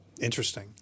Interesting